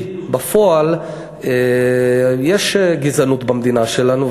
בפועל יש גזענות במדינה שלנו,